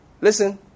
listen